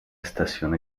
estación